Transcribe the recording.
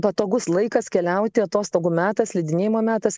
patogus laikas keliauti atostogų metas slidinėjimo metas